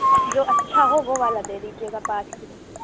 جو اچھا ہو وہ والا دے دیجیے گا پانچ کلو